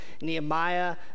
Nehemiah